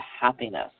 happiness